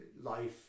life